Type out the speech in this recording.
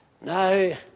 Now